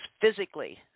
physically